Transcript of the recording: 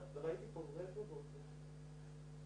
חברת הכנסת אתי חוה עטיה.